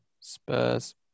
Spurs